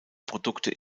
produkte